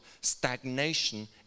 stagnation